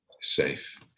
safe